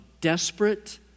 desperate